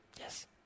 Yes